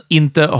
inte